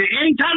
anytime